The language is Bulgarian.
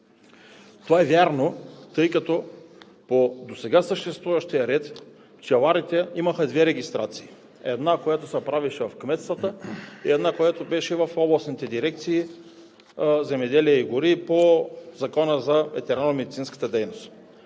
Това е вярно, тъй като по досега съществуващия ред пчеларите имаха две регистрации – една, която се правеше в кметствата, и една, която беше в областните дирекции „Земеделие и гори“, по Закона за ветеринарномедицинската дейност.